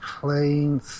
playing